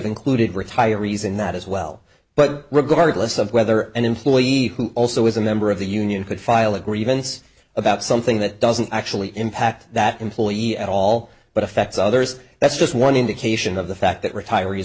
included retirees in that as well but regardless of whether an employee who also is a member of the union could file a grievance about something that doesn't actually impact that employee at all but affects others that's just one indication of the fact that retirees